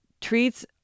treats